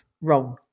wrong